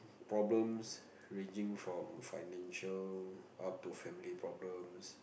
problems ranging from financial up to family problems